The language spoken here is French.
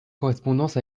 correspondances